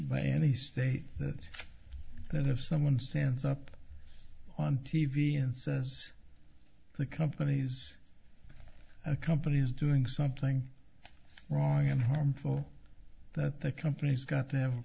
by any state that that of someone stands up on t v and says the companies a company is doing something wrong and harmful that the company's got to have